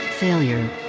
Failure